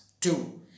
two